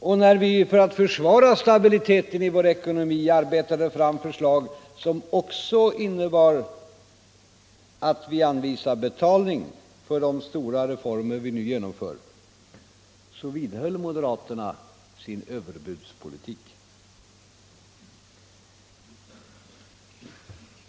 Och när vi för att försvara stabiliteten i vår ekonomi arbetade fram förslag som också innebar, att vi anvisade betalning för de stora 1 reformer vi nu genomför, vidhöll moderaterna sin överbudspolitik.